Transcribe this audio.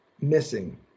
missing